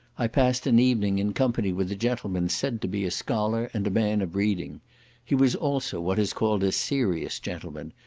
i passed an evening in company with a gentleman said to be a scholar and a man of reading he was also what is called a serious gentleman,